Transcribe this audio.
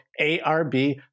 ARB